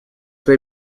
свои